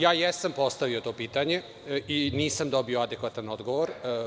Ja jesam postavio to pitanje i nisam dobio adekvatan odgovor.